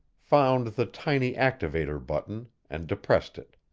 found the tiny activator button, and depressed it.